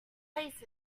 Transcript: places